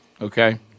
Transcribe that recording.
okay